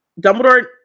Dumbledore